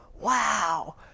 wow